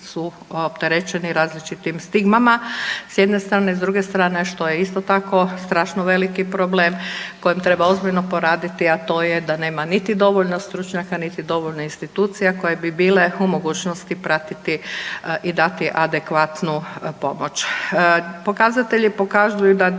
su opterećeni različitim stigmama, s jedne strane, s druge strane, što je isto tako strašno veliki problem kojem treba ozbiljno poraditi, a to je da nema niti dovoljno stručnjaka niti dovoljno institucija koje bi bile u mogućnosti pratiti i da ti adekvatnu pomoć. Pokazatelji pokazuju da već